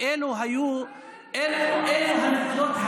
אין אף אחד,